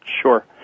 Sure